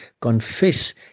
confess